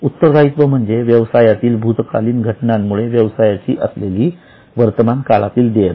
उत्तरदायित्व म्हणजे व्यवसायातील भूतकालीन घटनांमुळे व्यवसायाची असलेली वर्तमान काळातील देयता